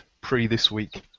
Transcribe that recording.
pre-this-week